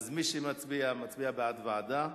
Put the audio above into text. אז מי שמצביע, מצביע בעד ועדה.